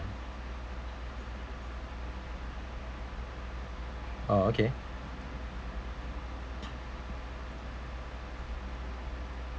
orh okay